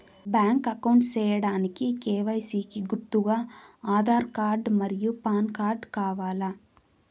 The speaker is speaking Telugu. బ్యాంక్ అకౌంట్ సేయడానికి కె.వై.సి కి గుర్తుగా ఆధార్ కార్డ్ మరియు పాన్ కార్డ్ కావాలా?